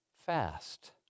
fast